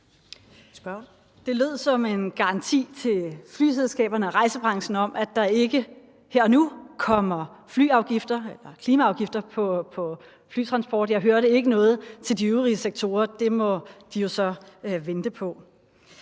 Det lød som en garanti til flyselskaberne og rejsebranchen om, at der ikke her og nu kommer klimaafgifter på flytransport. Jeg hørte ikke noget om de øvrige sektorer, og det må de så vente på.